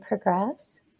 progress